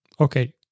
Okay